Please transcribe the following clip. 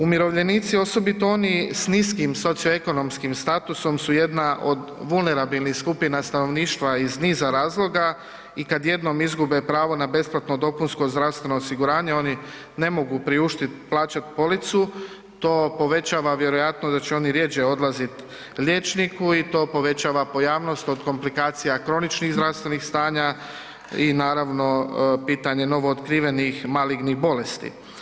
Umirovljenici osobito oni s niskim socioekonomskim statusom su jedna od vulnerabilnih skupina stanovništva iz niza razloga i kada jednom izgube pravo na besplatno DZO oni ne mogu priuštit plaćati policu, to povećava vjerojatnost da će oni rjeđe odlazit liječniku i to povećava pojavnost od komplikacija kroničnih zdravstvenih stanja i naravno pitanje novootkrivenih malignih bolesti.